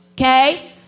okay